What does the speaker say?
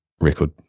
record